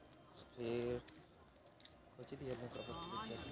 हम अपन खाता में बचल पैसा के बारे में जानकारी प्राप्त केना हैत?